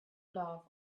love